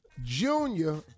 Junior